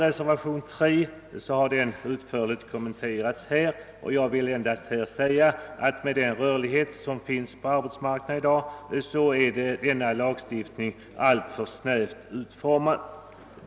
Reservationen 3 har utförligt kommenterats under debatten, och jag vill endast säga att lagstiftningen i det avseende, som där behandlas, med den rörlighet som råder på arbetsmarknaden i dag är alltför snävt utformad.